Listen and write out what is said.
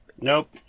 Nope